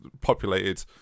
populated –